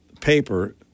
paper